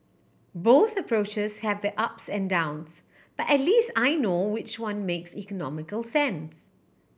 both approaches have their ups and downs but at least I know which one makes economical sense